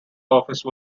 office